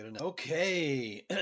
okay